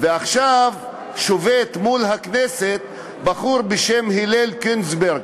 ועכשיו שובת מול הכנסת בחור בשם הלל קניגסברג,